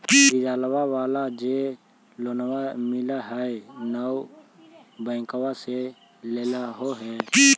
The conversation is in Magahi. डिजलवा वाला जे लोनवा मिल है नै बैंकवा से लेलहो हे?